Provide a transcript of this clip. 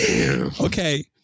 Okay